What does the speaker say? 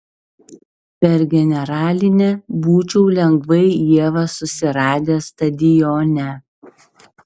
per generalinę būčiau lengvai ievą susiradęs stadione